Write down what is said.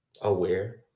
aware